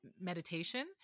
meditation